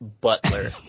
Butler